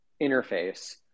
interface